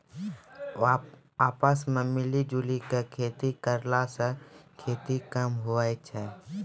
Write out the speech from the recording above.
आपस मॅ मिली जुली क खेती करला स खेती कम होय छै